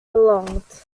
belonged